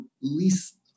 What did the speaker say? least